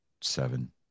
seven